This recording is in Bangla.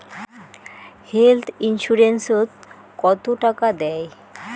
হেল্থ ইন্সুরেন্স ওত কত টাকা দেয়?